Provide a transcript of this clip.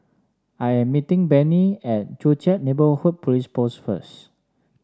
I am meeting Benny at Joo Chiat Neighbourhood Police Post first